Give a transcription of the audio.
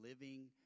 living